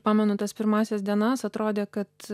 pamenu tas pirmąsias dienas atrodė kad